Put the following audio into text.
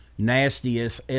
nastiest